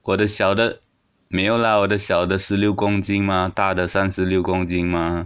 我的小的没有啦我的小的十六公斤 mah 大的三十六公斤 mah